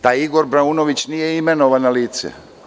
Taj Igor Braunović nije imenovano lice.